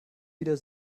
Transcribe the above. wieder